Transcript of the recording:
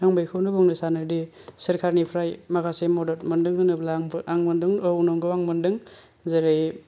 आं बेखौनो बुंनो सानोदि सोरखारनिफ्राय माखासे मदद मोनदों होनोब्ला आं मोनदों औ नंगौ आं मोनदों जेरै